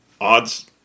Odds